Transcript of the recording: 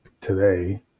today